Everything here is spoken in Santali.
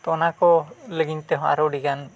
ᱛᱚ ᱚᱱᱟ ᱠᱚ ᱞᱟᱹᱜᱤᱫ ᱛᱮᱦᱚᱸ ᱟᱨᱚ ᱟᱹᱰᱤᱜᱟᱱ